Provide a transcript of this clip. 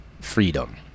freedom